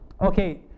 Okay